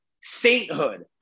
Sainthood